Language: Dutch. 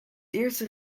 eerste